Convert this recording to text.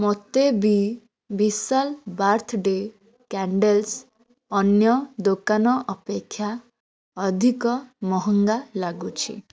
ମୋତେ ବି Vishal birthday candles ଅନ୍ୟ ଦୋକାନ ଅପେକ୍ଷା ଅଧିକ ମହଙ୍ଗା ଲାଗୁଛି